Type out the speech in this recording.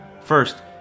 First